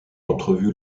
entrevu